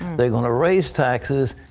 they're going to raise taxes.